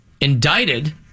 Indicted